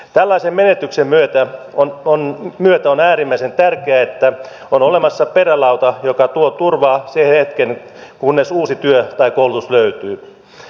tällaisen menetyksen myötä on äärimmäisen tärkeää että on olemassa perälauta joka tuo turvaa sen hetken kunnes uusi työ tai koulutus löytyy